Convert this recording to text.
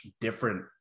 different